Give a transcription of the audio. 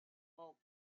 bulk